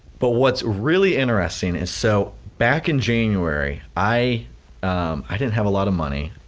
but what's really interesting is, so back in january, i i didn't have a lot of money,